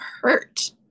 hurt